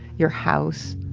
your house,